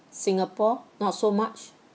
singapore not so much